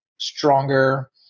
stronger